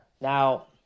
Now